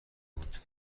بود